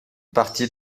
partie